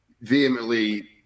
vehemently